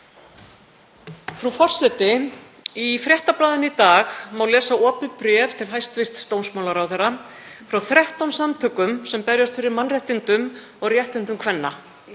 Frú forseti. Í Fréttablaðinu í dag má lesa opið bréf til hæstv. dómsmálaráðherra frá 13 samtökum sem berjast fyrir mannréttindum og réttindum kvenna.